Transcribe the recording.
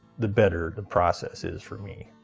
the better the process is for me.